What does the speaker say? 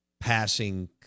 passing